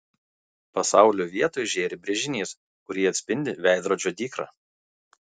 pasaulio vietoj žėri brėžinys kurį atspindi veidrodžio dykra